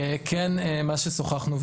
שוחחנו,